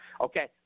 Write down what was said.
okay